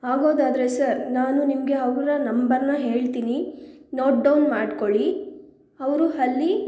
ಆಗೋದಾದರೆ sir ನಾನು ನಿಮಗೆ ಅವ್ರ ನಂಬರ್ನ ಹೇಳ್ತೀನಿ ನೋಟ್ ಡೌನ್ ಮಾಡಿಕೊಳ್ಳಿ ಅವರು ಅಲ್ಲಿ